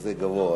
כזה גבוה.